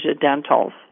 dentals